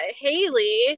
Haley